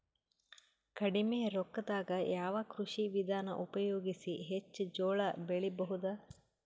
ಕಡಿಮಿ ರೊಕ್ಕದಾಗ ಯಾವ ಕೃಷಿ ವಿಧಾನ ಉಪಯೋಗಿಸಿ ಹೆಚ್ಚ ಜೋಳ ಬೆಳಿ ಬಹುದ?